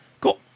Cool